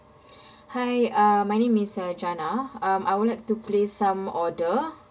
hi uh my name is uh jana um I would like to place some order